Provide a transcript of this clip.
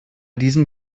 diesem